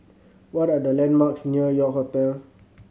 what are the landmarks near York Hotel